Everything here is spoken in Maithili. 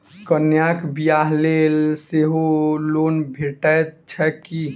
कन्याक बियाह लेल सेहो लोन भेटैत छैक की?